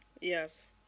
Yes